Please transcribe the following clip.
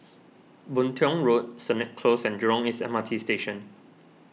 Boon Tiong Road Sennett Close and Jurong East M R T Station